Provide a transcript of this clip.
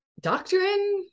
doctrine